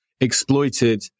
exploited